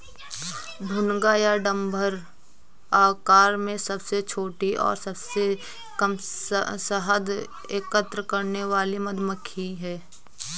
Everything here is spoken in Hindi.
भुनगा या डम्भर आकार में सबसे छोटी और सबसे कम शहद एकत्र करने वाली मधुमक्खी है